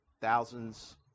thousands